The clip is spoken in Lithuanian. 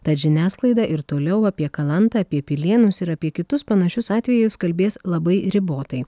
tad žiniasklaida ir toliau apie kalantą apie pilėnus ir apie kitus panašius atvejus kalbės labai ribotai